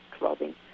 robbing